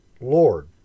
Lord